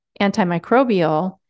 antimicrobial